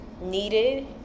needed